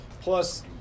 plus